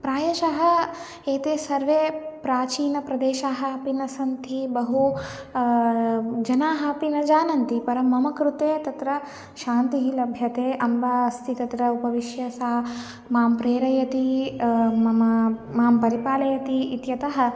प्रायशः एते सर्वे प्राचीनः प्रदेशः अपि न सन्ति बहु जनाः अपि न जानन्ति परं मम कृते तत्र शान्तिः लभ्यते अम्बा अस्ति तत्र उपविश्य सा माम् प्रेरयति मम माम् परिपालयति इत्यतः